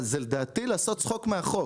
זה לדעתי לעשות צחוק מהחוק